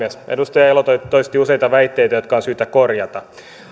edustaja elo toisti useita väitteitä jotka on syytä korjata